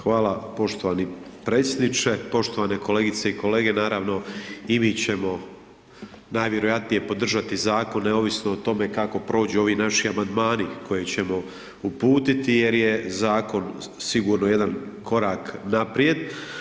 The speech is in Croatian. Hvala poštovani predsjedniče, poštovane kolegice i kolege naravno i mi ćemo najvjerojatnije podržati zakon, neovisno o tome, kako prođu ovi naši amandmani koje ćemo uputiti jer je zakon sigurno jedan korak naprijed.